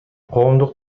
коомдук